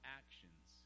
actions